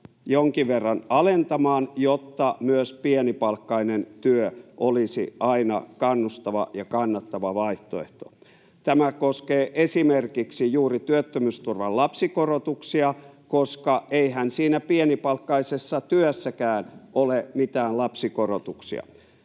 jonkin verran alentamaan, jotta myös pienipalkkainen työ olisi aina kannustava ja kannattava vaihtoehto. Tämä koskee esimerkiksi juuri työttömyysturvan lapsikorotuksia, koska eihän siinä pienipalkkaisessa työssäkään ole mitään lapsikorotuksia.